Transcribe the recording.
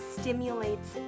stimulates